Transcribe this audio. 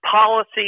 policy